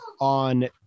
on